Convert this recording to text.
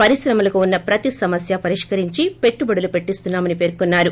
పరిశ్రమలకు ఉన్న ప్రతి సమస్వ పరిష్కరించి పెట్టుబడులు పెట్టిస్తున్నామని పేర్కొన్నారు